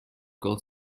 gold